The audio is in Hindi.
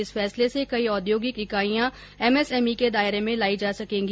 इस फैसले से कई औद्योगिक इकाईयां एमएसएमई के दायरे में लाई जा सकेंगी